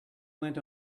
went